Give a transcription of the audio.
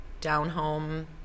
down-home